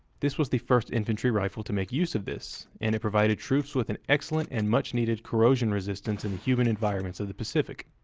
this was the first infantry rifle to make use of this, and it provided troops with an excellent and much-needed corrosion resistance in the humid environments of the pacific.